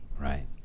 right